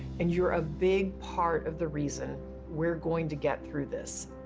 and you're a big part of the reason we're going to get through this.